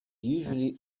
usually